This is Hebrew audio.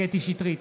קטי קטרין שטרית,